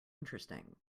interesting